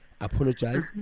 Apologize